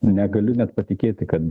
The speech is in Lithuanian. negaliu net patikėti kad